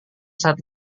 saat